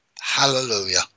Hallelujah